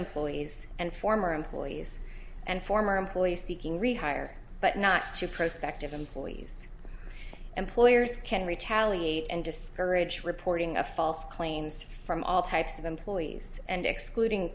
employees and former employees and former employees seeking rehire but not to prospect of employees employers can retaliate and discourage reporting a false claims from all types of employees and excluding